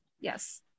yes